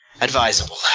advisable